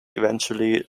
eventually